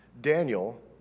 Daniel